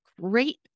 great